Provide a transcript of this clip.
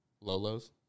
Lolo's